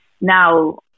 Now